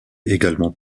également